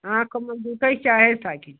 हाँ ख़ूब मज़बूत ही चाहिए साइकिल